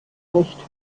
nicht